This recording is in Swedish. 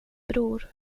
bror